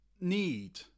need